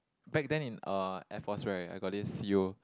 back then in uh Air-Force right I got this C_O